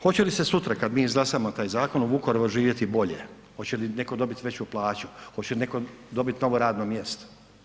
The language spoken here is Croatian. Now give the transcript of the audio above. Hoće li se sutra kada mi izglasamo taj zakon o Vukovaru živjeti bolje, hoće li neko dobiti veću plaću, hoće neko dobiti novo radno mjesto?